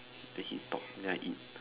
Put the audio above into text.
the heat dog then I eat